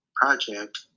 Project